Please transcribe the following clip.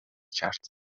کرد